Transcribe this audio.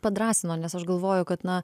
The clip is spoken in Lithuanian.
padrąsino nes aš galvoju kad na